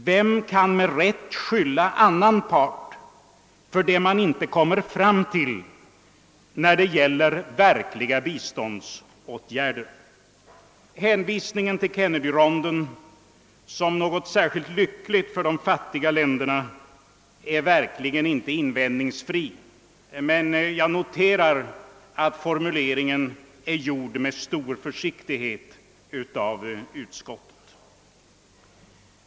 Vem kan med rätta lägga skulden på en annan part för det man inte kommer fram till när det gäller verkliga biståndsåtgärder? Hänvisningen till Kennedyrondens resultat som särskilt lyckligt för de fattiga länderna är sannerligen inte invändningsfri, men jag noterar att utskottets formulering därvidlag är mycket försiktig.